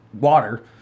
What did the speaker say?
water